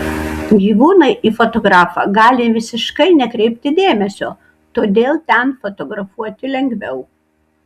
gyvūnai į fotografą gali visiškai nekreipti dėmesio todėl ten fotografuoti lengviau